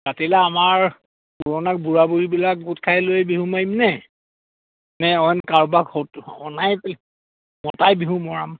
পাতিলে আমাৰ পুৰণা বুঢ়া বুঢ়ীবিলাক গোট খাই লৈ বিহু মাৰিম নে নে অইন কাৰোবাক অনাই মতাই বিহু মৰাম